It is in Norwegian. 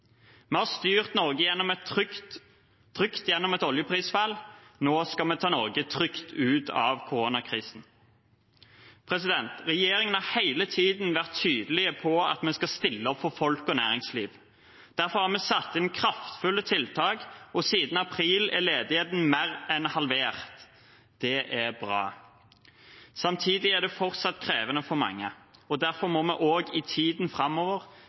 Vi har styrt Norge trygt gjennom et oljeprisfall. Nå skal vi ta Norge trygt ut av koronakrisen. Regjeringen har hele tiden vært tydelig på at vi skal stille opp for folk og næringsliv. Derfor har vi satt inn kraftfulle tiltak, og siden april er ledigheten mer enn halvert. Det er bra. Samtidig er det fortsatt krevende for mange. Derfor må vi også i tiden framover